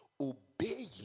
obeying